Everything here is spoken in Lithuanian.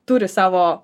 turi savo